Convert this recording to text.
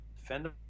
defend